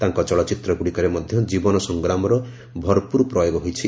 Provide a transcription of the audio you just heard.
ତାଙ୍କ ଚଳଚ୍ଚିତ୍ରଗୁଡ଼ିକରେ ମଧ୍ୟ ଜୀବନ ସଂଗ୍ରାମର ଭରପୁର ପ୍ରୟୋଗ ହୋଇଛି